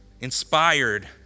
inspired